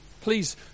Please